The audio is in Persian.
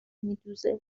میدوزه